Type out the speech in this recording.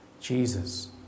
Jesus